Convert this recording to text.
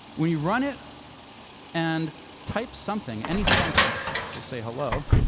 when you run it and type something, any sentence, so say hello,